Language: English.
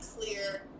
clear